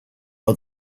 are